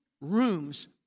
rooms